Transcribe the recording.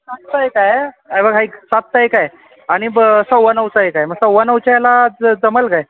सातचा एक आहे हे बघ ऐक सातचा एक आहे आणि ब सव्वा नऊचा एक आहे मग सव्वा नऊच्या याला ज जमेल काय